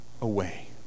away